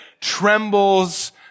trembles